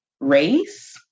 race